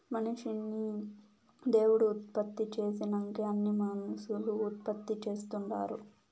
మనిషిని దేవుడు ఉత్పత్తి చేసినంకే అన్నీ మనుసులు ఉత్పత్తి చేస్తుండారు